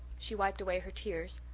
she wiped away her tears,